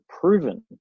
proven